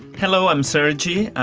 hello i'm sergi,